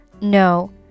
No